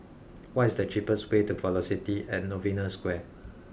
what is the cheapest way to Velocity at Novena Square